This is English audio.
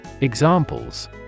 Examples